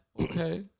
okay